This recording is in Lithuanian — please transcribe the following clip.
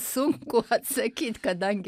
sunku atsakyt kadangi